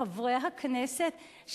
לחברי הכנסת,